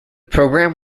program